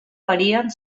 varien